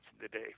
today